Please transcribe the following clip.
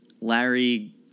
Larry